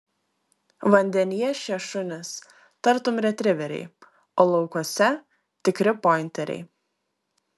vandenyje šie šunys tartum retriveriai o laukuose tikri pointeriai